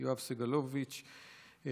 יואב סגלוביץ'.